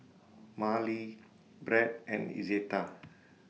Marely Brett and Izetta